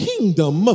kingdom